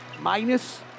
Minus